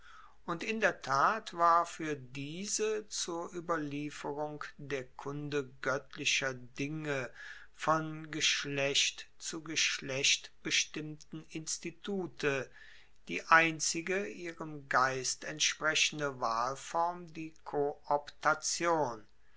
und in der tat war fuer diese zur ueberlieferung der kunde goettlicher dinge von geschlecht zu geschlecht bestimmten institute die einzige ihrem geist entsprechende wahlform die